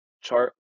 chart